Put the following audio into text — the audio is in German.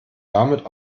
damit